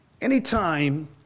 Anytime